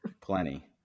Plenty